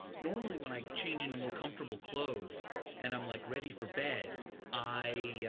normally, when i change into more comfortable clothes and i'm, like, ready for bed i